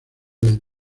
del